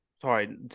sorry